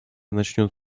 начнет